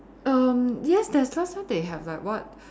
erm yes there's last time they have like what